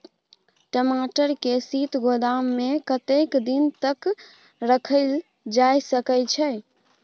टमाटर के शीत गोदाम में कतेक दिन तक रखल जा सकय छैय?